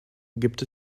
gibt